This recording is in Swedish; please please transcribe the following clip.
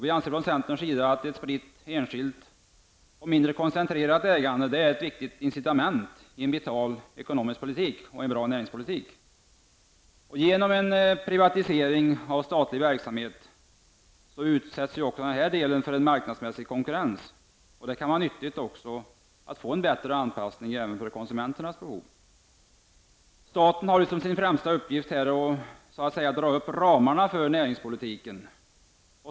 Vi anser från centerns sida att ett spritt, enskilt och mindre koncentrerat ägande är ett viktigt incitament i en vital ekonomisk politik och en bra näringspolitik. Genom en privatisering av statlig verksamhet utsätts även den delen för marknadsmässig konkurrens. Det kan också vara nyttigt när det gäller att få en bättre anpassning till konsumenternas behov. Staten har som sin främsta uppgift att så att säga dra upp ramarna för näringspolitiken.